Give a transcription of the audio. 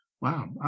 Wow